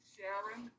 Sharon